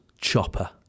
chopper